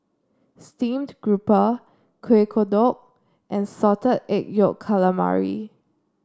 Steamed Grouper Kueh Kodok and Salted Egg Yolk Calamari